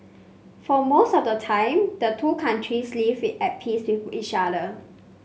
for most of the time the two countries lived at peace with each other